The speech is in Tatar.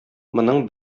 моның